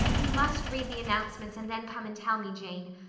you must read the announcements and then come and tell me, jane.